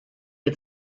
had